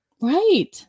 right